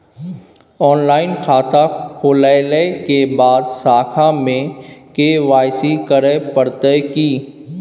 Online खाता खोलै के बाद शाखा में के.वाई.सी करे परतै की?